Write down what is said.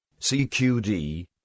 CQD